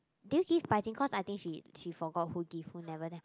did you give 白金 cause I think she she forgot who give who never then